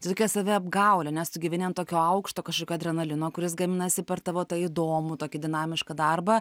tai tokia saviapgaulė nes tu gyveni ant tokio aukšto kažkokio adrenalino kuris gaminasi per tavo tą įdomų tokį dinamišką darbą